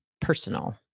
Personal